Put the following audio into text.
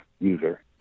user